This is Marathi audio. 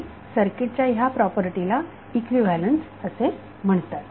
आणि सर्किटच्या ह्या प्रॉपर्टी ला इक्विव्हॅलेन्स असे म्हणतात